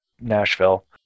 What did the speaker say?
Nashville